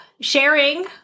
sharing